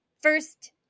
First